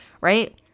right